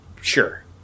Sure